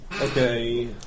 Okay